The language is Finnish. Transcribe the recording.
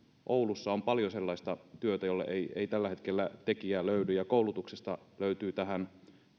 oulussa on paljon sellaista työtä jolle ei ei tällä hetkellä tekijää löydy ja koulutuksesta löytyy tähän